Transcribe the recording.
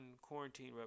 Quarantine